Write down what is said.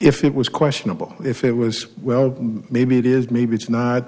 if it was questionable if it was well maybe it is maybe it's